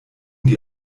die